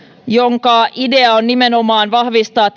jonka idea on nimenomaan vahvistaa